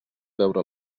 beure